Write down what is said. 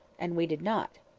and we did not.